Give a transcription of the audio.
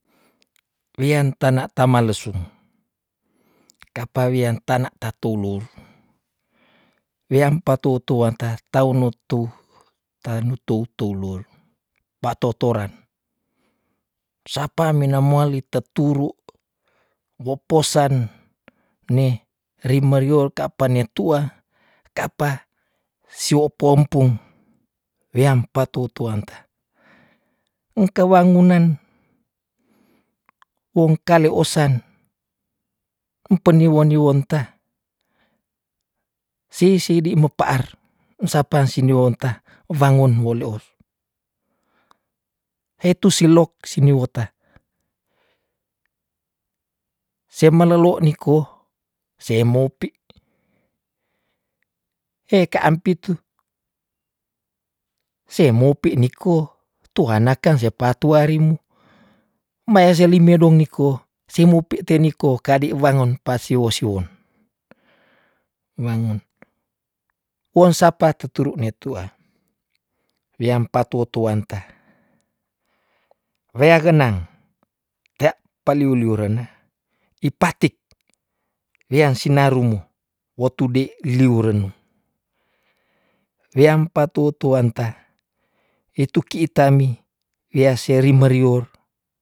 Weam tana tama lesum kapa wian tana ta tolour, weam patou tuanta taouno tu- tanu tou tolour patotoran, sapa mena mowali teturu moposan ne ri merior ka pa ne tua ka pa si opo empung weam patou tuanta, engke wangunan wong kale osan empeni wani wonta, sei sedi mepa ar ensapa sini wonta fangon woleof, hetu silok sini wota, se melelo niko se mopi, he ka ampitu se mopi niko tua naka sepatu arim, mbaya seli medong ngiko semupi te niko kadi wangon pasiwo- siwon, wangen won sapa teturu netua weam patou tuanta, weagenang tea paliu liuren ipatik wean sina rumu wotude liuren, weam patou tuanta ituki itami wea seri merior.